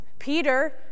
Peter